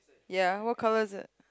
ya what colour is it